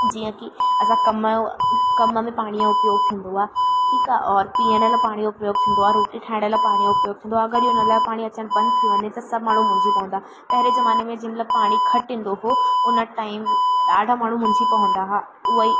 जीअं की असां कम जो कम में पाणी जो उपयोगु थींदो आहे ठीकु आहे और पीअण लाइ पाणी जो उपयोगु थींदो आहे रोटी ठाइण लाइ पाणी जो उपयोगु थींदो आहे अगरि इहो नल जो पाणी अचणु बंदि थी वञे त सभु माण्हू मुंझी पवंदा पहिरें ज़माने में जेमहिल पाणी घटि ईंदो हुओ उन टाइम ॾाढा माण्हू मुंझी पवंदा हुआ उहा ई